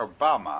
Obama